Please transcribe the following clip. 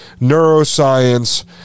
neuroscience